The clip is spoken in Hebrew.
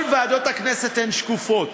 כל ועדות הכנסת הן שקופות,